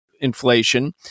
inflation